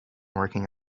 working